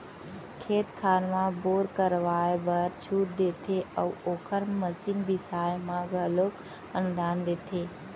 खेत खार म बोर करवाए बर छूट देते अउ ओखर मसीन बिसाए म घलोक अनुदान देथे